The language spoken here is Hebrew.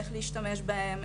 איך להשתמש בהם,